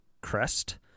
crest